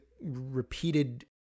repeated